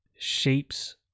shapes